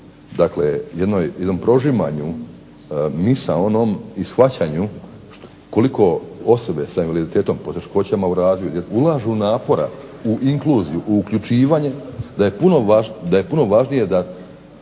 dakle jedno prožimanje misaono i shvaćanju koliko osobe sa invaliditetom, poteškoćama u razvoju ulažu napora u inkluziju, u uključivanje da je puno važnije da